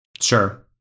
Sure